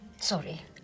Sorry